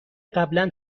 قبلا